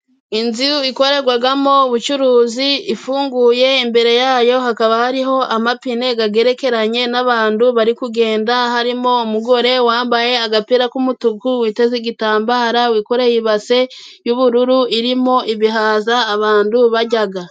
Inzu ikorerwamo ubucuruzi ifunguye imbere yayo hakaba hariho amapine agerekeranye n'abantu bari kugenda, harimo umugore wambaye agapira k'umutuku witeze igitambara, wikoreye ibase y'ubururu irimo ibihaza abantu barya.